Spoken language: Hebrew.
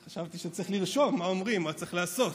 חשבתי שצריך לרשום מה אומרים, מה צריך לעשות.